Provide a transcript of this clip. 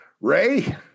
Ray